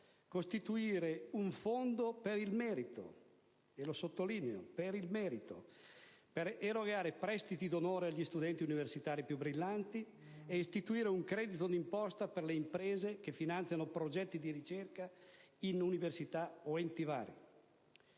sottolineo la parola "merito" - per erogare prestiti d'onore agli studenti universitari più brillanti ed istituire un credito di imposta per le imprese che finanziano progetti di ricerca in università o enti vari.